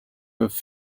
have